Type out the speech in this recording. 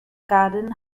garden